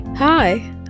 Hi